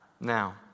Now